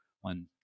one